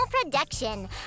production